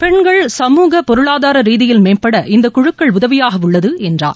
பெண்கள் சமூக பொருளாதார ரீதியில் மேம்பட இந்த குழுக்கள் உதவியாக உள்ளது என்றார்